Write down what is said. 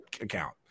account